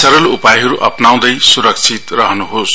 सरल उपायहरू अपनाउँदै सुरक्षित रहनुहोस्